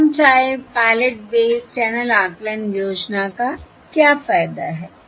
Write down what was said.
com type pilot based channel आकलन योजना का क्या फायदा है